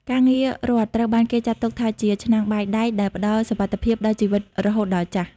ការងាររដ្ឋត្រូវបានគេចាត់ទុកថាជា "ឆ្នាំងបាយដែក" ដែលផ្តល់សុវត្ថិភាពដល់ជីវិតរហូតដល់ចាស់។